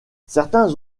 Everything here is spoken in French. certains